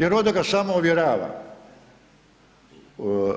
Jer onda ga samo ovjerava